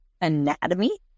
anatomy